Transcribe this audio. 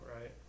right